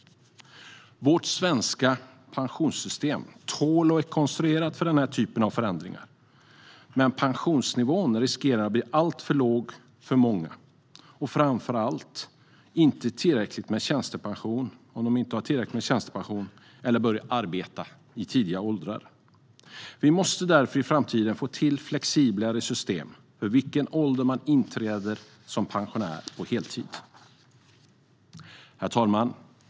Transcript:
Vårt svenska pensionssystem tål och är konstruerat för denna typ av förändringar, men pensionsnivån riskerar att bli alltför låg för många - framför allt för dem som inte har tillräckligt med tjänstepension eller började arbeta i tidiga åldrar. Vi måste därför i framtiden få till ett flexiblare system för vid vilken ålder man blir pensionär på heltid. Herr talman!